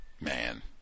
man